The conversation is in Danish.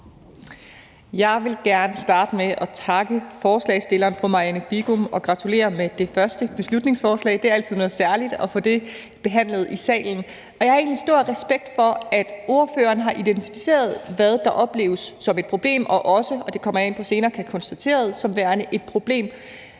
Jeg vil gerne starte med at takke forslagsstilleren, fru Marianne Bigum, og gratulere med det første beslutningsforslag – det er altid noget særligt at få det behandlet i salen. Og jeg har egentlig stor respekt for, at ordføreren har identificeret, hvad der opleves som et problem, og også – det kommer jeg ind på senere – kan konstateres som værende et problem,